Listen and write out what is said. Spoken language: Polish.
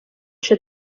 się